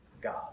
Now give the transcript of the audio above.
God